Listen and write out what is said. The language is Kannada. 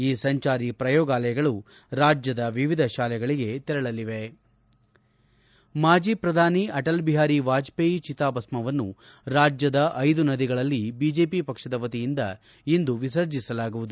ಈ ಸಂಚಾರಿ ಪ್ರಯೋಗಾಲಯಗಳು ರಾಜ್ಯದ ವಿವಿಧ ಶಾಲೆಗಳಿಗೆ ಮಾಜಿ ಪ್ರಧಾನಿ ಅಟಲ್ ಬಿಹಾರಿ ವಾಜಪೇಯಿ ಚಿತಾಭಸ್ಮವನ್ನು ರಾಜ್ಯದ ಐದು ನದಿಗಳಲ್ಲಿ ಬಿಜೆಪಿ ವತಿಯಿಂದ ಇಂದು ವಿಸರ್ಜಿಸಲಾಗುವುದು